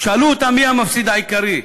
תשאלו אותם מי המפסיד העיקרי.